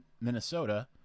Minnesota